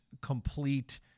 complete